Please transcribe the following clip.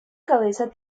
cabeza